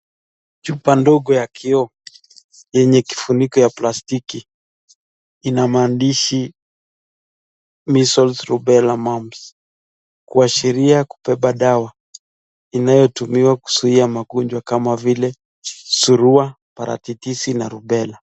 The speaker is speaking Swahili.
Chupa ndogo ya kioo yenye kifuniko ya plastiki, ina maandishi measles Rubella Mumps kuashiria kubeba dawa inayotumiwa kuzuia magonjwa kama vile surwaa ,paratitishi na rubella.